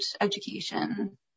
education